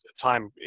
time